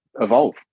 evolve